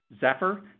Zephyr